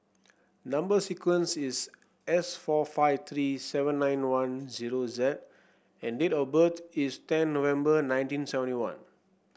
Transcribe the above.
number sequence is S four five three seven nine one zero Z and date of birth is ten November nineteen seventy one